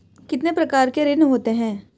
कितने प्रकार के ऋण होते हैं?